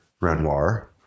Renoir